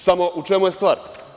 Samo, u čemu je stvar?